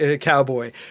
Cowboy